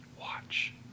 watch